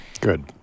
Good